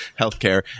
healthcare